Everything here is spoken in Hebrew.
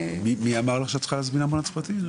מי אמר לך שאת צריכה להזמין אמבולנס פרטי?